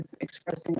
expressing